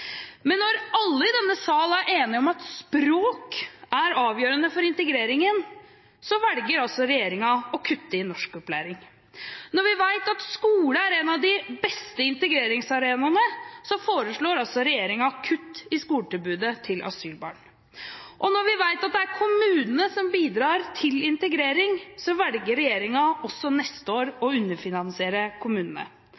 Men når alle i denne sal er enige om at språk er avgjørende for integreringen, velger altså regjeringen å kutte i norskopplæringen. Når vi vet at skole er en av de beste integreringsarenaene, foreslår altså regjeringen kutt i skoletilbudet til asylbarn. Og når vi vet at det er kommunene som bidrar til integrering, velger regjeringen også neste år å underfinansiere kommunene.